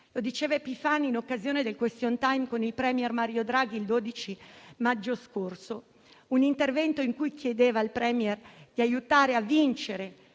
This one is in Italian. Lo diceva Epifani in occasione del *question time* con il *premier* Mario Draghi il 12 maggio scorso; un intervento in cui chiedeva al *Premier* di aiutare tutti